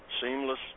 seamless